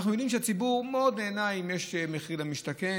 אנחנו יודעים שהציבור מאוד נהנה אם יש מחיר למשתכן,